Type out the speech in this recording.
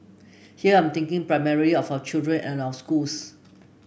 here I'm thinking primary of our children and our schools